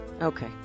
Okay